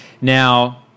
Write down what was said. Now